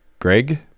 Greg